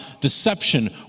deception